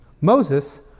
Moses